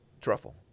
truffle